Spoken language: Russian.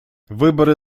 выборы